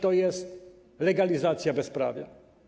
To jest legalizacja bezprawia.